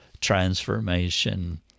transformation